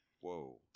Whoa